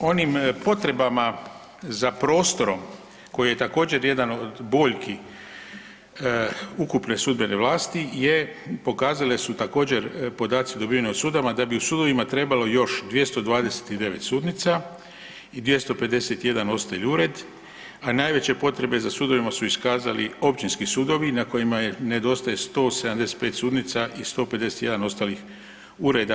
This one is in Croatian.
Prema onim potrebama za prostorom koji je također jedan od boljki ukupne sudbene vlasti je, pokazale su također podaci dobiveni od sudova, da bi u sudovima trebalo još 229 sudnica i 251 ostali ured, a najveće potrebe za sudovima su iskazali općinski sudovi na kojima nedostaje 175 sudnica i 151 ostalih ureda.